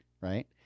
right